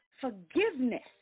forgiveness